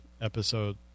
episode